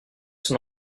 son